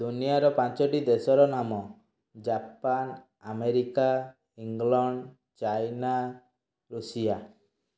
ଦୁନିଆର ପାଞ୍ଚଟି ଦେଶର ନାମ Japan America England China Russia